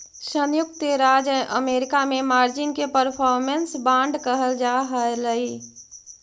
संयुक्त राज्य अमेरिका में मार्जिन के परफॉर्मेंस बांड कहल जा हलई